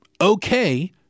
okay